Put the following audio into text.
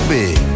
big